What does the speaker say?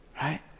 right